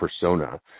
persona